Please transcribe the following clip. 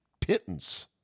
pittance